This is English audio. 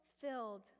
filled